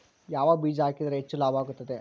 ಯಾವ ಬೇಜ ಹಾಕಿದ್ರ ಹೆಚ್ಚ ಲಾಭ ಆಗುತ್ತದೆ?